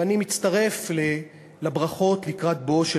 ואני מצטרף לברכות לקראת בואו של